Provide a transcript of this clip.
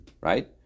Right